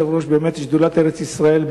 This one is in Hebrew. אדוני היושב-ראש: שדולת ארץ-ישראל,